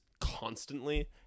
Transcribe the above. constantly